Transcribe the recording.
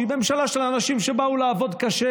שהיא ממשלה של אנשים שבאו לעבוד קשה